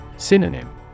Synonym